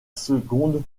seconde